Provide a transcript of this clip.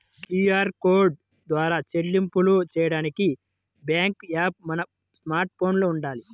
QR code ద్వారా చెల్లింపులు చెయ్యడానికి బ్యేంకు యాప్ మన స్మార్ట్ ఫోన్లో వుండాలి